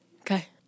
Okay